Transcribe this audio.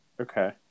Okay